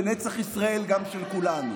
ונצח ישראל גם של כולנו.